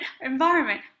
environment